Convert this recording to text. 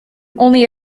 only